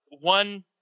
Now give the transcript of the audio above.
one